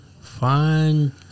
fine